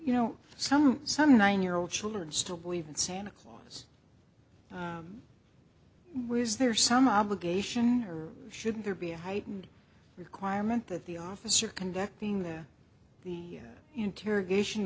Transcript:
you know some some nine year old children still believe in santa clause where is there some obligation or should there be a heightened requirement that the officer conducting that the